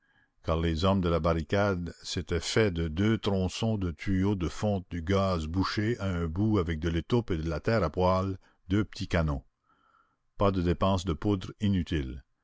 car les hommes de la barricade s'étaient fait de deux tronçons de tuyaux de fonte du gaz bouchés à un bout avec de l'étoupe et de la terre à poêle deux petits canons pas de dépense de poudre inutile